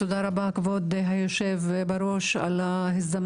תודה רבה, כבוד היושב-בראש, על ההזדמנות.